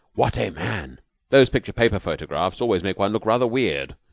what a man those picture-paper photographs always make one look rather weird,